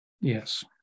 Yes